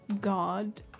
God